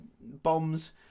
bombs